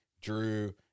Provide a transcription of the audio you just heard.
Drew